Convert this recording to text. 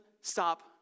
stop